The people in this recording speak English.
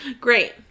Great